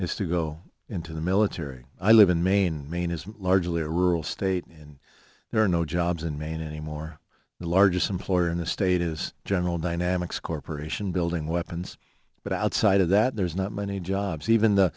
it's to go into the military i live in maine maine is largely a rural state and there are no jobs in maine anymore the largest employer in the state is general dynamics corporation building weapons but outside of that there's not many jobs even the